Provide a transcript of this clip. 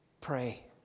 pray